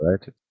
right